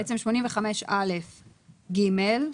בעצם 85א(ג),